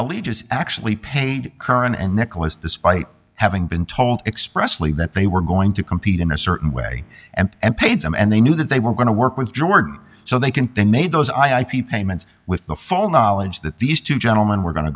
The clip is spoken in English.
allegiance actually paid curran and nicholas despite having been told expressly that they were going to compete in a certain way and m paid them and they knew that they were going to work with jordan so they can then made those i ip payments with the fall knowledge that these two gentlemen were going to